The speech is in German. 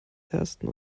ersten